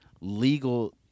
legal